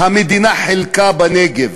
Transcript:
המדינה חילקה בנגב.